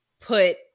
put